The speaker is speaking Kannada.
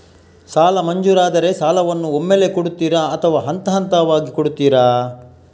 ಸಾಲ ಮಂಜೂರಾದರೆ ಸಾಲವನ್ನು ಒಮ್ಮೆಲೇ ಕೊಡುತ್ತೀರಾ ಅಥವಾ ಹಂತಹಂತವಾಗಿ ಕೊಡುತ್ತೀರಾ?